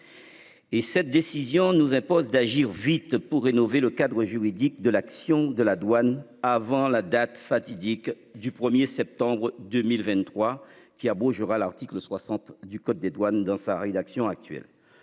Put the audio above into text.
Et cette décision ne nous impose d'agir vite pour rénover le cadre juridique de l'action de la douane avant la date fatidique du 1er septembre 2023 qui a beau Jura l'article 60 du code des douanes dans sa rédaction actuelle.